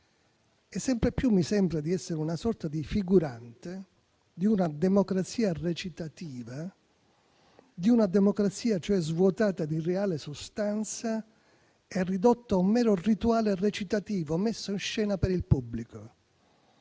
e sempre più mi sembra di essere una sorta di figurante di una democrazia recitativa, cioè svuotata di reale sostanza e ridotta a un mero rituale recitativo messo in scena per il pubblico.